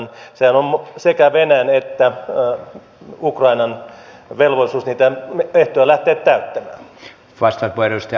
sehän on sekä venäjän että ukrainan velvollisuus niitä ehtoja lähteä täyttämään